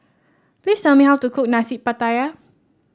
please tell me how to cook Nasi Pattaya